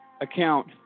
account